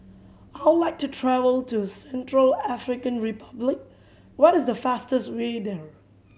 I would like to travel to Central African Republic what is the fastest way there